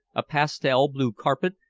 a pastel-blue carpet,